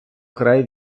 край